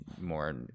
more